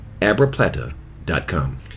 abraplata.com